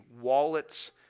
wallets